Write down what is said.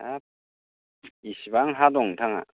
हाब इसेबां हा दं नोंथाङा